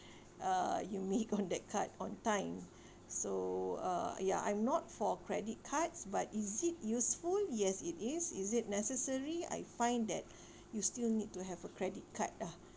uh you make on that card on time so uh ya I'm not for credit cards but is it useful yes it is is it necessary I find that you still need to have a credit card ah